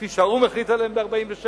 כפי שהאו"ם החליט עליהן ב-47'.